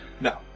No